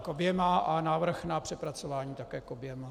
K oběma a návrh na přepracování také k oběma.